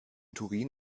turin